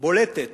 בולטת